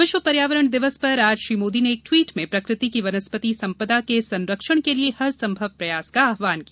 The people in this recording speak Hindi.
विश्व पर्यावरण दिवस पर आज श्री मोदी ने एक ट्वीट में प्रकृति की वनस्पति संपदा के संरक्षण के लिए हरसंभव प्रयास का आह्वान किया